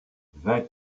vingt